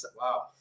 Wow